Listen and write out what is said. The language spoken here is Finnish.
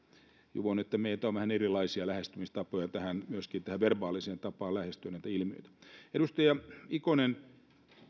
juvonen että meillä on vähän erilaisia lähestymistapoja myöskin tähän verbaaliseen tapaan lähestyä näitä ilmiöitä edustaja ikonen